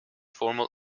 formal